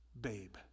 babe